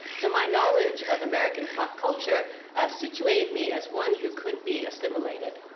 so my knowledge of american pop culture situated me as one who could be assimilated.